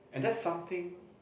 and that's something